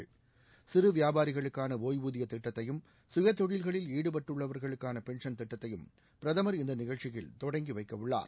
வயதைக் கடந்த பிறகு மாதம் சிறு வியாபாரிகளுக்கான ஒய்வூதிய திட்டத்தையும் சுயதொழில்களில் ஈடுபட்டுள்ளவர்களுக்கான் பென்சன் திட்டத்தையும் பிரதமர் இந்த நிகழ்ச்சியில் தொடங்கி வைக்கவுள்ளார்